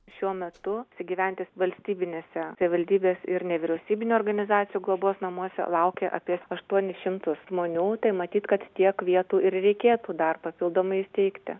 šiuo metu apsigyventi valstybinėse savivaldybės ir nevyriausybinių organizacijų globos namuose laukia apie aštuonis šimtus žmonių tai matyt kad tiek vietų ir reikėtų dar papildomai įsteigti